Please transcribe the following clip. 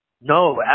No